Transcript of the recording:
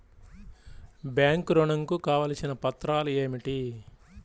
Bank ఋణం కు కావలసిన పత్రాలు ఏమిటి?